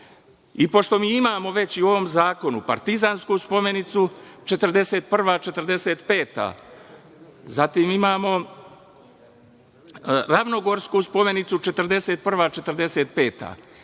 i pošto imamo već i u ovom zakonu Partizansku spomenicu 41. – 45. godina, zatim imamo Ravnogorsku spomenicu 41.- 45.